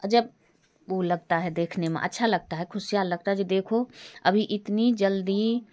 अजब वो लगता है देखने में अच्छा लगता है खुशियाँ लगती है जो देखो अभी इतनी जल्दी